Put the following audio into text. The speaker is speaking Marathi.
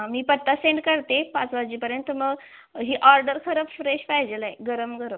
मी पत्ता सेंड करते पाच वाजेपर्यंत मग ही ऑर्डर खरं फ्रेश पाहिजेलाय गरम गरम